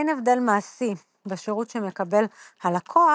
אין הבדל מעשי בשירות שמקבל הלקוח,